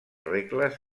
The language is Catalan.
regles